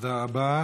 תודה רבה.